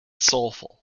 soulful